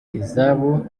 izabo